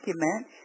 document